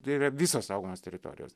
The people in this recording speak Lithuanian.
tai yra visos saugomos teritorijos